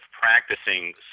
practicing